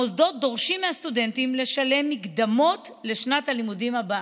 המוסדות דורשים מהסטודנטים לשלם מקדמה לשנת הלימודים הבאה,